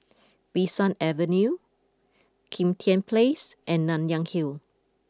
Bee San Avenue Kim Tian Place and Nanyang Hill